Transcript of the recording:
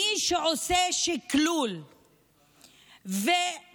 מי שעושה שקלול ומאזן